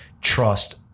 trust